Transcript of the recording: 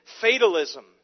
fatalism